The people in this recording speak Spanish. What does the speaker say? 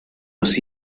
los